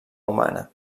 humana